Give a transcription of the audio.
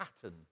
pattern